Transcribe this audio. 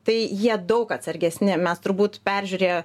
tai jie daug atsargesni mes turbūt peržiūrėję